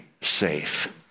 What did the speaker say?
safe